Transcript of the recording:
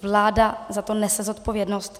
Vláda za to nese zodpovědnost.